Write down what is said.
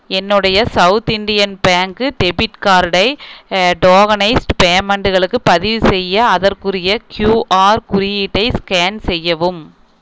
என்னுடைய South Indian bank debit கார்டை tokenised பேமென்ட்களுக்கு பதிவுசெய்ய அதற்குரிய க்யூஆர் குறியீட்டை ஸ்கேன் செய்யவும்